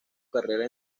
carrera